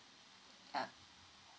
um